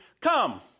come